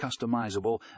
customizable